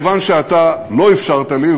כיוון שאתה לא אפשרת לי,